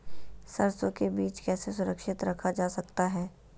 सरसो के बीज कैसे सुरक्षित रखा जा सकता है?